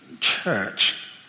church